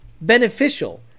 beneficial